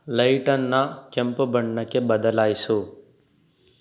ಲೈಟನ್ನು ಕೆಂಪು ಬಣ್ಣಕ್ಕೆ ಬದಲಾಯಿಸು